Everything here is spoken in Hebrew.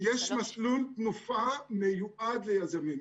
יש מסלול תנופה מיועד ליזמים.